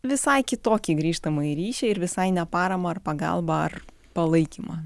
visai kitokį grįžtamąjį ryšį ir visai ne paramą ar pagalbą ar palaikymą